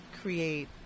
create